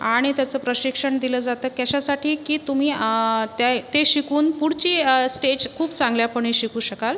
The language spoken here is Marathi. आणि त्याचं प्रशिक्षण दिलं जातं कशासाठी की तुम्ही त्या ते शिकून पुढची स्टेज खूप चांगल्यापणे शिकू शकाल